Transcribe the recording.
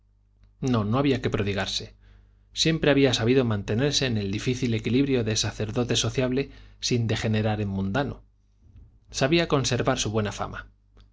no no había que prodigarse siempre había sabido mantenerse en el difícil equilibrio de sacerdote sociable sin degenerar en mundano sabía conservar su buena fama